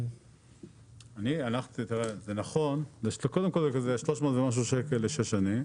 זה 300 ומשהו שקלים לשש שנים.